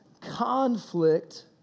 conflict